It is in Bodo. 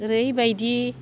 ओरैबादि